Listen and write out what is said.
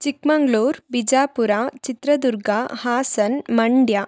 Chikmagalur Bijapur Chitradurga Hassan Mandya